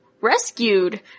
rescued